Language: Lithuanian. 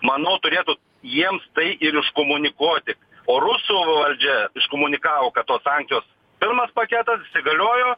manau turėtų jiems tai ir iškomunikuoti o rusų valdžia iškomunikavo kad tos sankcijos pirmas paketas įsigaliojo